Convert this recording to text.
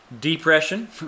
depression